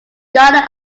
garden